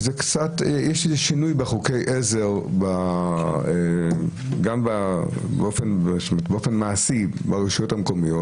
יש איזה שינוי בחוקי העזר גם באופן מעשי ברשויות המקומיות.